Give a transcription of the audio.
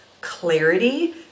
clarity